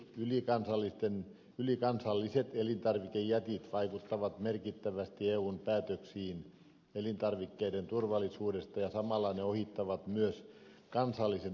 suuret ylikansalliset elintarvikejätit vaikuttavat merkittävästi eun päätöksiin elintarvikkeiden turvallisuudesta ja samalla ne ohittavat myös kansallisen elintarvikevalvonnan